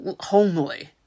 homely